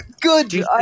Good